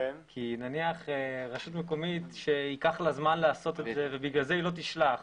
נניח רשות מקומית שייקח לה זמן לעשות את זה ובגלל זה היא לא תשלח,